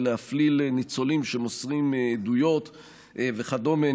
ולהפליל ניצולים שמוסרים עדויות וכדומה.